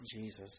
Jesus